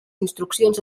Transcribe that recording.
instruccions